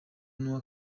n’uwa